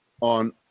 on